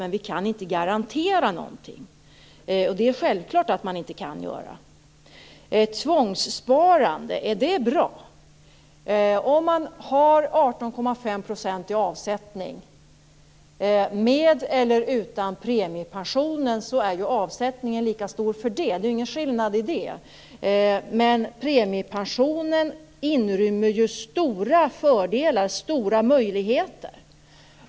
Men vi kan inte garantera någonting. Det är självklart att man inte kan göra. Är ett tvångssparande bra? Om man har 18,5 % i avsättning med eller utan premiepensionen, är avsättningen lika stor för det. Det är ingen skillnad i det. Men premiepensionen inrymmer stora fördelar och stora möjligheter.